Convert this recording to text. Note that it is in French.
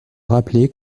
rappelé